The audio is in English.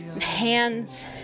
hands